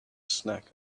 snack